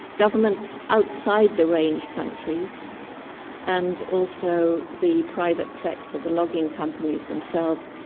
governments outside the range countries and also the private sector, the logging companies themselves.